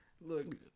Look